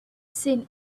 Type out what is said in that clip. seen